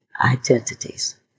identities